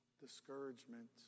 discouragement